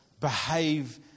behave